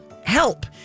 help